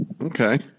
Okay